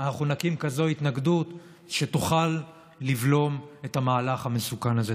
אנחנו נקים כזו התנגדות שתוכל לבלום את המהלך המסוכן הזה.